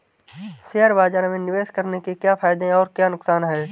Share बाज़ार में निवेश करने के क्या फायदे और नुकसान हैं?